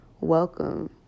Welcome